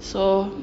so